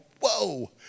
whoa